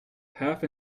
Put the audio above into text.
half